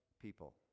people